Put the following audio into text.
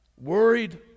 Worried